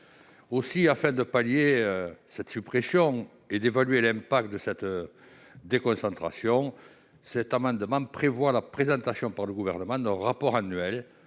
les effets de cette suppression et d'évaluer l'impact de cette déconcentration, cet amendement vise à prévoir la présentation par le Gouvernement d'un rapport annuel